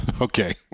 Okay